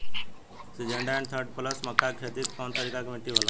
Syngenta NK thirty plus मक्का के के खेती कवना तरह के मिट्टी पर होला?